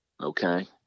okay